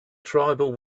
tribal